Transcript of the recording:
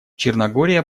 черногория